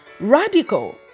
radical